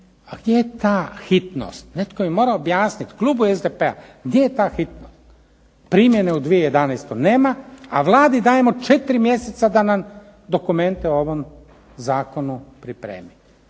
a gdje je ta hitnost. Netko je morao objasniti klubu SDP-a gdje je ta hitnost. Primjene u 2011. nema, a Vladi dajemo četiri mjeseca da nam dokumente o ovom Zakonu pripremi,